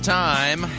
time